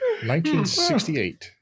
1968